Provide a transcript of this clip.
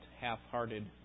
half-hearted